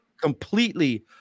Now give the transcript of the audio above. completely